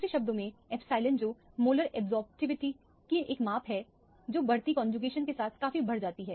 दूसरे शब्दों में एप्सिलॉन जो मोलर अब्जॉर्प्टिविटी की एक माप है जो बढ़ती कौनजुकेशन के साथ काफी बढ़ जाती है